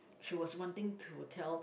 she was wanting to tell